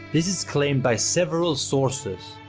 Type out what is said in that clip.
this is claimed by several sources.